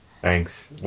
Thanks